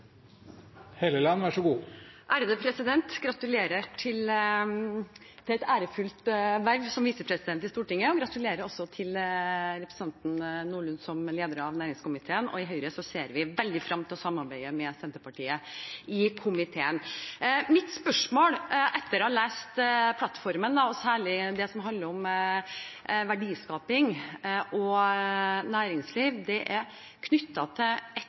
Gratulerer til representanten Myrli med et ærefullt verv som visepresident i Stortinget, og gratulerer også til representanten Nordlund som leder av næringskomiteen. I Høyre ser vi veldig frem til å samarbeide med Senterpartiet i komiteen. Mitt spørsmål etter å ha lest plattformen, og særlig det som handler om verdiskaping og næringsliv, er knyttet til et punkt som jeg håper representanten nøkternt egentlig kan forklare hva inneholder. Det er knyttet til